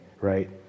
right